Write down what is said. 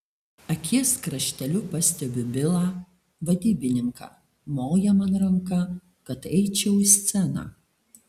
akies krašteliu pastebiu bilą vadybininką moja man ranka kad eičiau į sceną